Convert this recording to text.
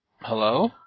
Hello